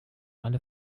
alle